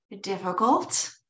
difficult